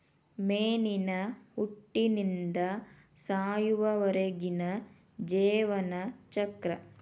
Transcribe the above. ಮೇನಿನ ಹುಟ್ಟಿನಿಂದ ಸಾಯುವರೆಗಿನ ಜೇವನ ಚಕ್ರ